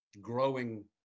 growing